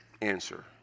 answer